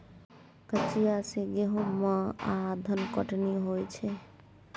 कचिया सँ गहुम आ धनकटनी होइ छै